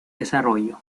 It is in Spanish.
desarrollo